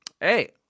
hey